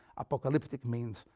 apocalyptic means,